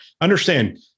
understand